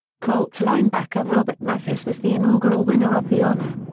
colts linebacker robert mathis was the inaugural winner of the honor.